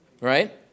right